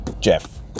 Jeff